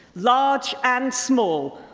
large and small,